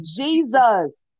Jesus